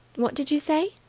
what did you say?